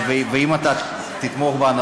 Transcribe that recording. ואם אתה תתמוך בנו,